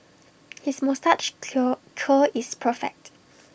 his moustache curl is perfect